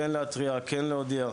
כן להתריע ולהודיע.